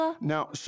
Now